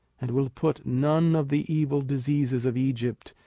and will put none of the evil diseases of egypt,